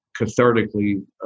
cathartically